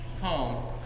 home